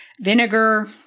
vinegar